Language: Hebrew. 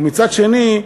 ומצד שני,